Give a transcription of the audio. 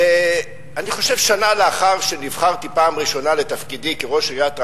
אני חושב שנה לאחר שנבחרתי פעם ראשונה לתפקידי כראש עיריית רעננה,